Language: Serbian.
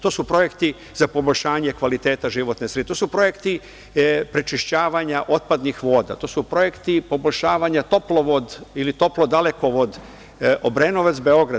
To su projekti za poboljšanje kvaliteta životne sredine, to su projekti prečišćavanja otpadnih voda, to su projekti poboljšavanja toplovod ili toplo-dalekovod Obrenovac-Beograd.